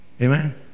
Amen